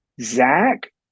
Zach